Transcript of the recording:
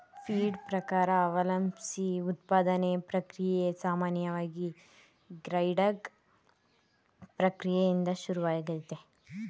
feed ಪ್ರಕಾರ ಅವಲಂಬ್ಸಿ ಉತ್ಪಾದನಾ ಪ್ರಕ್ರಿಯೆ ಸಾಮಾನ್ಯವಾಗಿ ಗ್ರೈಂಡಿಂಗ್ ಪ್ರಕ್ರಿಯೆಯಿಂದ ಶುರುವಾಗ್ತದೆ